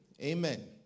Amen